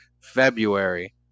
February